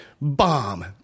bomb